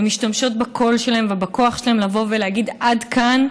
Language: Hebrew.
ומשתמשות בקול שלהן ובכוח שלהן לבוא ולהגיד: עד כאן.